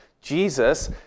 Jesus